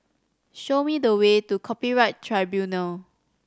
show me the way to Copyright Tribunal